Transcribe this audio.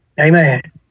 Amen